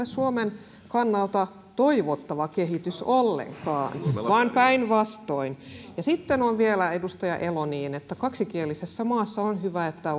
ole suomen kannalta toivottava kehitys ollenkaan vaan päinvastoin sitten on vielä niin edustaja elo että kaksikielisessä maassa on hyvä että